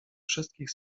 wszystkich